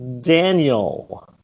Daniel